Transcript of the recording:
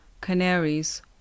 Canaries